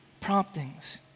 Promptings